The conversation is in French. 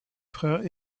frère